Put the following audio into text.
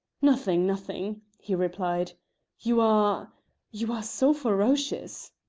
nothing, nothing, he replied you are you are so ferocious.